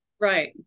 Right